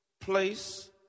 place